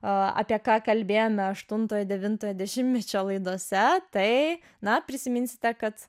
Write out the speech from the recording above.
apie ką kalbėjome aštuntojo devintojo dešimtmečio laidose tai na prisiminsite kad